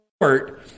court